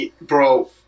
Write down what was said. bro